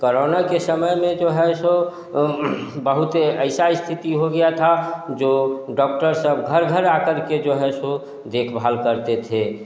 corona के समय में जो है सो बहुत ऐसा स्थिति हो गया था जो डॉक्टर सब घर घर आकर के जो है सो देखभाल करते थे